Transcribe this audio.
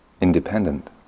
independent